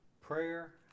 Prayer